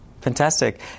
Fantastic